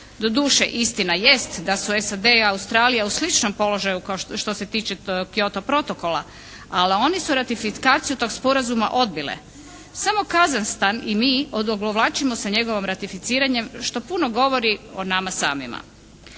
doduše istina jest da su SAD i Australija u sličnom položaju što se tiče Kyoto protokola, ali one su ratifikaciju tog sporazuma odbile. Samo Kazahstan i mi odugovlačimo sa njegovim ratificiranjem što puno govorio nama samima.